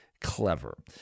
clever